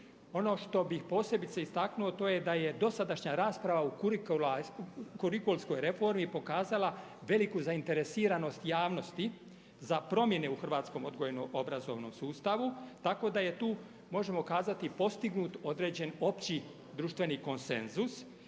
Ono što bih posebice istaknuo to je da je dosadašnja rasprava u kurikulskoj reformi pokazala veliku zainteresiranost javnosti za promjene u hrvatskom odgojno-obrazovnom sustavu tako da je tu, možemo kazati postignut određen opći društveni konsenzus